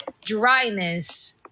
dryness